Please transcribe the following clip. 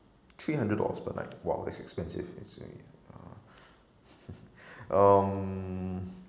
three hundred dollars per night !wow! that's expensive I see uh um